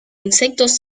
insectos